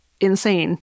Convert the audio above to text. insane